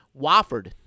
Wofford